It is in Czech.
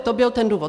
To byl ten důvod.